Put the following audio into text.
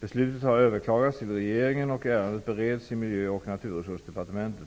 Beslutet har överklagats till regeringen, och ärendet bereds i Miljö och naturresursdepartementet.